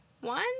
one